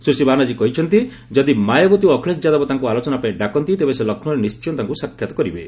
ସୁଶ୍ରୀ ବାନାର୍ଜୀ କହିଛନ୍ତି ଯଦି ମାୟାବତୀ ଓ ଅଖିଳେଶ ଯାଦବ ତାଙ୍କୁ ଆଲୋଚନା ପାଇଁ ଡାକନ୍ତି ତେବେ ସେ ଲକ୍ଷ୍ମୌରେ ନିି୍୍ଣୟ ତାଙ୍କୁ ଦେଖା କରିବେ